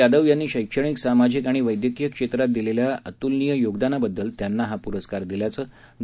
यादव यांनी शैक्षणिक सामाजिक आणि वैद्यकीय क्षेत्रात दिलेल्या अतुलनीय योगदानाबद्दल त्यांना हा पुरस्कार दिल्याचे डॉ